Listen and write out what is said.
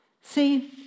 See